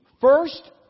first